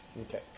Okay